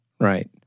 right